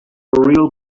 real